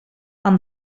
aan